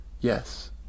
Yes